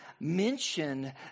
mention